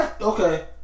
Okay